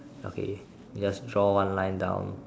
okay you just draw one line down